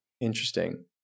interesting